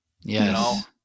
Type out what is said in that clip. Yes